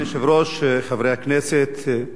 אדוני היושב-ראש, חברי הכנסת,